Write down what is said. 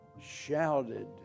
shouted